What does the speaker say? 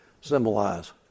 symbolize